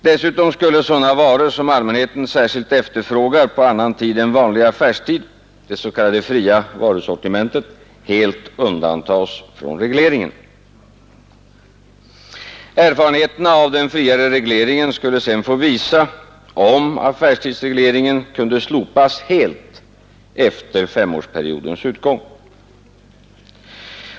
Dessutom skulle sådana varor som allmänheten särskilt efterfrågade på annan tid än vanlig affärstid, det s.k. fria varusortimentet, helt undantas från regleringen. Erfarenheterna av den friare regleringen skulle sedan få visa om affärstidsregleringen kunde slopas helt efter femårsperiodens utgång.